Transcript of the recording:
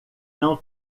não